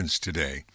today